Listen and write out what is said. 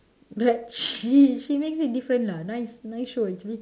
but she she makes it different lah nice nice show actually